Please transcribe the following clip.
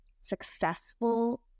successful